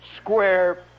square